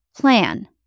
plan